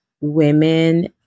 women